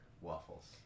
waffles